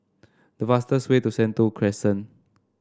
the fastest way to Sentul Crescent